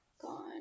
gone